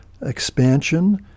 expansion